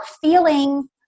feeling